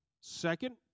Second